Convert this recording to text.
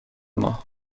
ماه